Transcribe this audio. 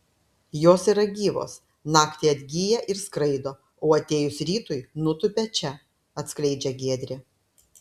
jos yra gyvos naktį atgyja ir skraido o atėjus rytui nutūpia čia atskleidžia giedrė